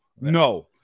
no